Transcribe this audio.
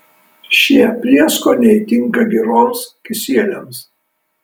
šie prieskoniai tinka giroms kisieliams